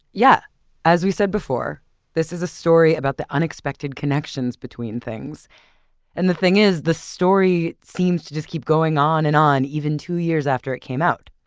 yeah as we said before this is a story about the unexpected connections between things and the thing is the story seems to just keep going on and on even two years after it came out,